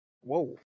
Whoa